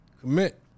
commit